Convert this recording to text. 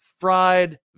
fried